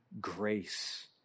grace